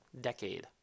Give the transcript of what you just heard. decade